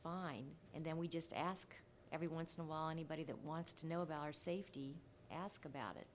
fine and then we just ask every once in a while anybody that wants to know about our safety ask about it